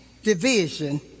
division